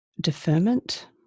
deferment